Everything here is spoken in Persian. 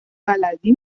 بلدی